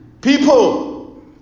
people